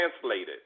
translated